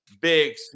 Big